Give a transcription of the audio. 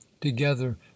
together